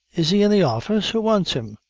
is he in the office who wants him?